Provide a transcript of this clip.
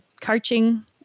coaching